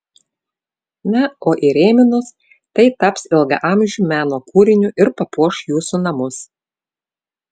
na o įrėminus tai taps ilgaamžiu meno kūriniu ir papuoš jūsų namus